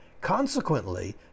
Consequently